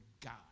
God